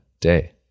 day